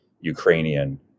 Ukrainian